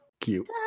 cute